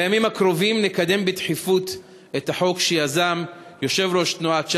בימים הקרובים נקדם בדחיפות את החוק שיזם יושב-ראש תנועת ש"ס,